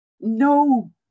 no